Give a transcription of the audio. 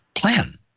plan